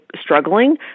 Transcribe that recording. struggling